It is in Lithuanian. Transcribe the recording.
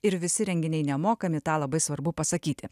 ir visi renginiai nemokami tą labai svarbu pasakyti